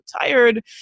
tired